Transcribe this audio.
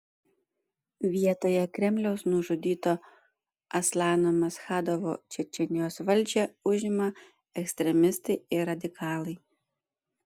vietoje kremliaus nužudyto aslano maschadovo čečėnijos valdžią užima ekstremistai ir radikalai